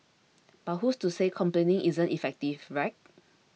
but who's to say complaining isn't effective right